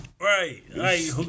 Right